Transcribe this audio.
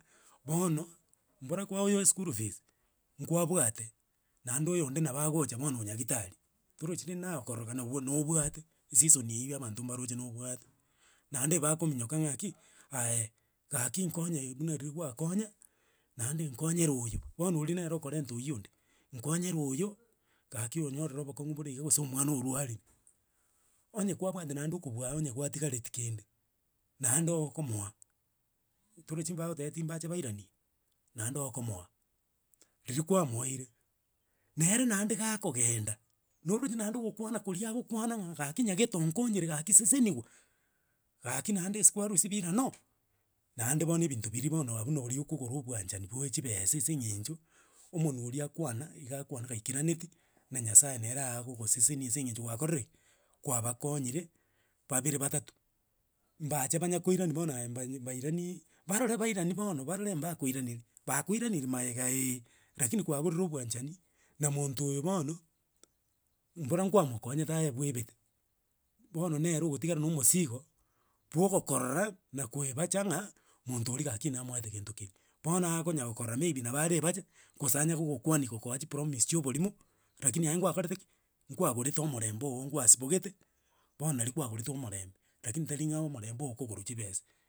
Bono, mbora kwaoa oyo eschool fees, nkwabwate, naende oyonde nabo agocha bono onyagetari, torochi rende naye okorogana nabo nobwate esisoni eywo abanto mbaroche nobwate. Naende ebakominyoka ng'aki aye, gaki nkonye buna riria gwakonya, naende nkonyere oyo bono oria nere okorente oywo onde, nkonyere oyo gaki onyorire obokong'u bore iga gose omwana orwarire. Onye kwabwate naende okobua onye gwatigareti kende naende ookomoa, torochi mbagotebeti mbache bairani, naende ookomoa. Riria kwamoire, nere naende gakongenda, noroche naende ogokwana koria agokwana ng'a gaki nyagete onkonyire gaki seseniwa, gaki naende ase kwarusia birane oo, naende bono ebinto biria bono abwo norio okogora obwanchani bwa echibese ase eng'encho omonwe oria akwana, iga akwana gaikareneti na nyasaye nere agogoseseni ase eng'encho gwakorire ki, kwabakonyire, babere batato. mbache banya koirani bono aye mba bairaniiii barore bairani bono barore mbakoiraneri, bakoiraniri maega ee, rakini kwabororire obwanchani na monto oyo bono, mbora kwamokonyete aye bwebete, bono nere ogotigara na omosigo, bwa ogokorora, na kwebacha ng'a, monto oria gaki namoete gento keria. Bono agonya gokorora maybe nabo araebache, gose anya gogokwani gokoa chipromise chia oborimo rakini aye ngwakorete ki nkwagorete omorembee oo ngwasibogete bono nari kwagorete omorembe, rakini tari ng'a omorembe okogorwa chibesa.